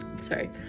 sorry